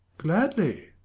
gladly!